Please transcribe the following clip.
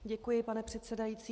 Děkuji, pane předsedající.